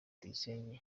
tuyisenge